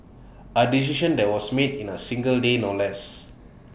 A decision that was made in A single day no less